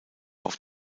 auf